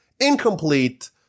incomplete